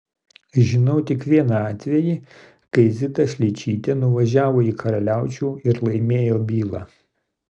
žinau tik vieną atvejį kai zita šličytė nuvažiavo į karaliaučių ir laimėjo bylą